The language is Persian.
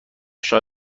شما